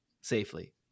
safely